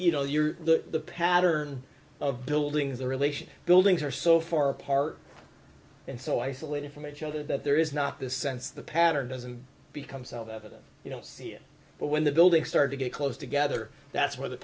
you know you're the pattern of buildings the relation buildings are so far apart and so isolated from each other that there is not this sense the pattern doesn't become self evident you don't see it but when the buildings start to get close together that's where the